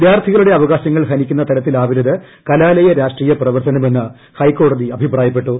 വിദ്യാർത്ഥികളുടെ അവകാശങ്ങൾ ഹനിക്കുന്ന തരത്തിലാവരുത് കലാലയ രാഷ്ട്രീയ പ്രവർത്തനമെന്ന് ഹൈക്കോടതി അഭിപ്രായപ്പെട്ടു